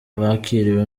bakiriwe